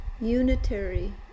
unitary